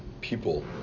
people